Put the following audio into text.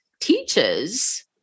teaches